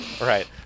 Right